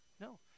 no